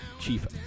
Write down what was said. Chief